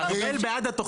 חברים.